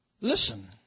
Listen